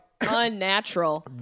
unnatural